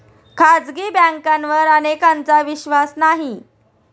खाजगी बँकांवर अनेकांचा विश्वास नाही